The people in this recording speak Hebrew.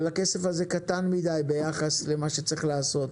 אבל הכסף הזה קטן מדי ביחס למה שצריך להיעשות.